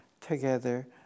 together